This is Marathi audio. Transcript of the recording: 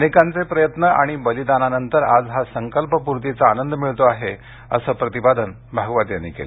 अनेकांचे प्रयत्न आणि बलिदानानंतर आज हा संकल्पपूर्तीचा आनंद मिळतो आहे असं प्रतिपादन भागवत यांनी केलं